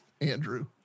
Andrew